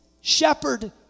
shepherd